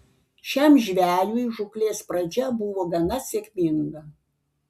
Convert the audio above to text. šiam žvejui žūklės pradžia buvo gana sėkminga